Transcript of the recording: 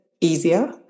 easier